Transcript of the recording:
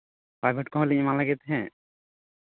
private ᱠᱚᱦᱚᱸ ᱞᱤᱧ ᱮᱢᱟᱫᱮᱜᱮ ᱛᱟᱸᱦᱮᱫ